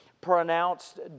pronounced